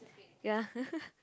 ya